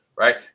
right